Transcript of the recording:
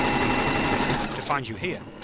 you know to find you here.